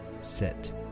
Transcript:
sit